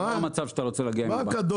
זה לא המצב שאתה רוצה להגיע עם הבנקים.